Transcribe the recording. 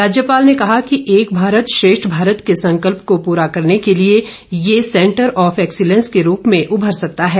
राज्यपाल ने कहा कि एक भारत श्रेष्ठ भारत के संकल्प को पूरा करने के लिए ये सैंटर ऑफ एक्सीलेंस के रूप में उभर सकता है